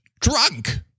drunk